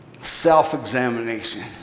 self-examination